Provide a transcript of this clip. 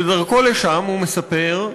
בדרכו לשם, הוא מספר: